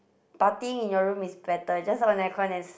partying in your room is better just on air con and s~